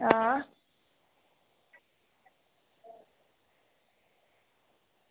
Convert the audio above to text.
आं